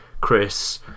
Chris